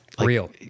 real